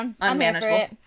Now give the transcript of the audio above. unmanageable